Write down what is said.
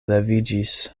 leviĝis